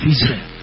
Israel